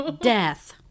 Death